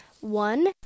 one